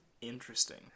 Interesting